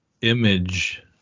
Image